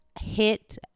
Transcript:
hit